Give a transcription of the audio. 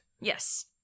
Yes